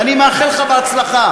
ואני מאחל לך הצלחה,